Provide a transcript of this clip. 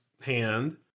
hand